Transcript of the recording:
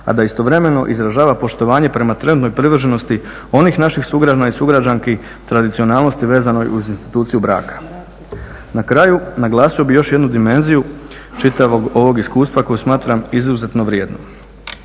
a da istovremeno izražava poštovanje prema trenutnoj privrženosti onih naših sugrađana i sugrađanki tradicionalnosti vezanoj uz instituciju braka. Na kraju naglasio bih još jednu dimenziju čitavog ovog iskustva koju smatram izuzetno vrijednom.